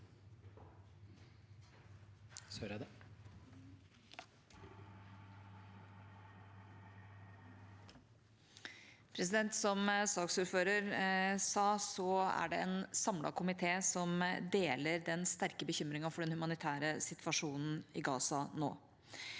(komiteens le- der): Som saksordføreren sa, er det en samlet komité som deler den sterke bekymringen for den humanitære situasjonen i Gaza nå.